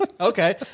okay